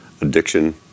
addiction